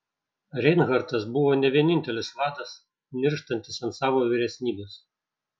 reinhartas buvo ne vienintelis vadas nirštantis ant savo vyresnybės